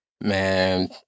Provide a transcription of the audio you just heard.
Man